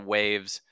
Waves